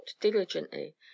diligently